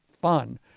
fun